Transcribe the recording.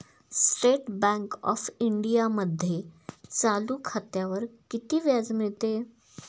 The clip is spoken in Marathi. स्टेट बँक ऑफ इंडियामध्ये चालू खात्यावर किती व्याज मिळते?